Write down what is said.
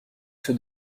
ceux